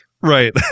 Right